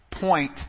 point